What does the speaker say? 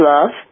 Love